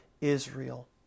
Israel